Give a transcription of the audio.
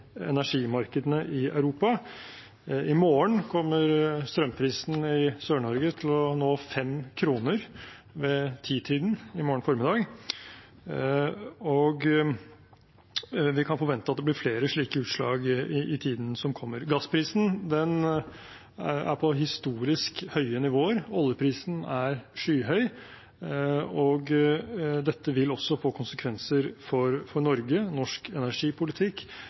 energimarkedene i Europa. I morgen formiddag kommer strømprisen i Sør-Norge til å nå 5 kr ved 10-tiden, og vi kan forvente at det blir flere slike utslag i tiden som kommer. Gassprisen er på historisk høye nivåer, oljeprisen er skyhøy, og dette vil også få konsekvenser for Norge, for norsk energipolitikk